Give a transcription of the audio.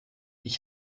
ich